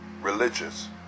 religious